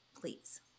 Please